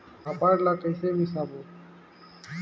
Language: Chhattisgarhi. फाफण ला कइसे मिसबो?